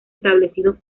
establecidos